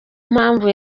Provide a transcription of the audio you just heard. mpamvu